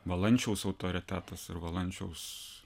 valančiaus autoritetas ir valančiaus